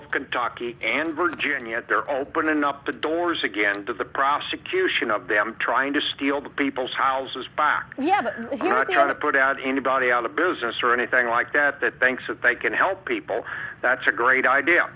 of kentucky and virginia they're opening up the doors again to the prosecution of them trying to steal the people's houses back yes trying to put out anybody out of business or anything like that that thinks that they can help people that's a great idea